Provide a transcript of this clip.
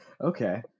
okay